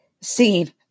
seen